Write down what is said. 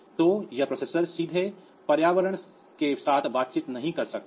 तो यह प्रोसेसर सीधे पर्यावरण के साथ बातचीत नहीं कर सकता है